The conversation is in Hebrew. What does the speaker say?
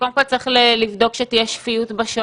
קודם כל צריך לבדוק שתהיה שפיות בשעות,